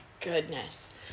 goodness